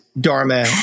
Dharma